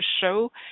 show